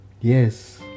Yes